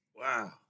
Wow